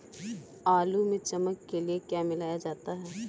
आलू में चमक के लिए क्या मिलाया जाता है?